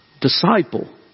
disciple